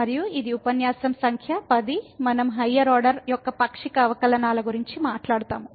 మరియు ఇది ఉపన్యాసం సంఖ్య 10 మనం హయ్యర్ ఆర్డర్ యొక్క పాక్షిక అవకల నాల గురించి మాట్లాడుతాము